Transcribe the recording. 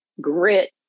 grit